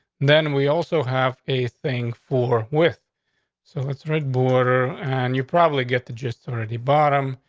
then we also have a thing for with so it's red border and you probably get the gist authority bottom.